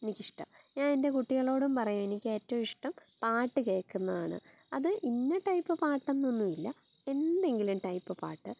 എനിക്കിഷ്ടം ഞാൻ എൻ്റെ കുട്ടികളോടും പറയും എനിക്ക് ഏറ്റവും ഇഷ്ടം പാട്ട് കേൾക്കുന്നതാണ് അത് ഇന്ന ടൈപ്പ് പാട്ട് എന്നൊന്നും ഇല്ല എന്തെങ്കിലും ടൈപ്പ് പാട്ട്